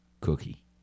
cookie